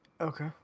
Okay